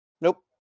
Nope